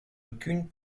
aucune